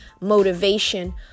motivation